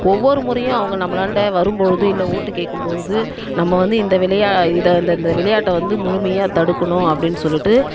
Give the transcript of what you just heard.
ஒவ்வொரு முறையும் அவங்க நம்மளாண்ட வரும் பொழுது இல்லை ஓட்டு கேட்கும் பொழுது நம்ம வந்து இந்த விளைய இதை இந்த இந்த விளையாட்டை வந்து முழுமையாக தடுக்கணும் அப்படின்னு சொல்லிவிட்டு